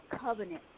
covenant